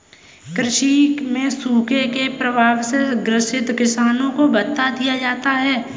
कृषि में सूखे के प्रभाव से ग्रसित किसानों को भत्ता दिया जाता है